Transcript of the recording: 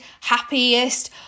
happiest